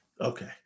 Okay